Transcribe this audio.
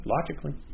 Logically